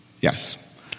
Yes